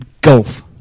golf